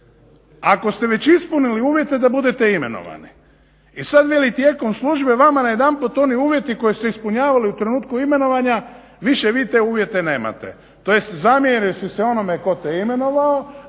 ako ste već ispunili uvjete da budete imenovani i sada veli tijekom službe vama najedanput oni uvjeti koje ste ispunjavali u trenutku imenovanja više vi te uvjete nemate,